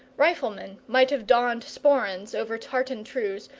riflemen might have donned sporrans over tartan trews,